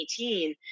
2018